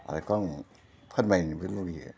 बेखौ आं फोरमायनोबो लुगैयो